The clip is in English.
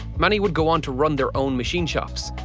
many would go on to run their own machine shops.